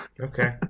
Okay